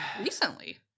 Recently